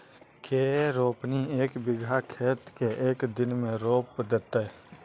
के रोपनी एक बिघा खेत के एक दिन में रोप देतै?